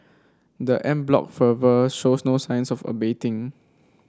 the en bloc fervour shows no signs of abating